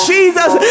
Jesus